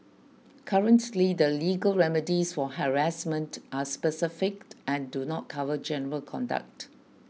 currently the legal remedies for harassment are specific and do not cover general conduct